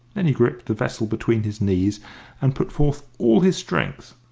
then he gripped the vessel between his knees and put forth all his strength,